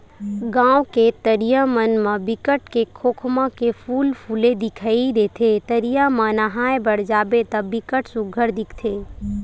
गाँव के तरिया मन म बिकट के खोखमा के फूल फूले दिखई देथे, तरिया म नहाय बर जाबे त बिकट सुग्घर दिखथे